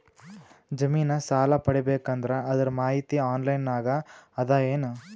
ಜಮಿನ ಸಾಲಾ ಪಡಿಬೇಕು ಅಂದ್ರ ಅದರ ಮಾಹಿತಿ ಆನ್ಲೈನ್ ನಾಗ ಅದ ಏನು?